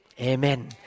Amen